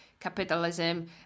capitalism